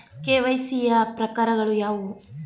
KYC ಯ ಪ್ರಕಾರಗಳು ಯಾವುವು?